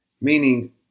Meaning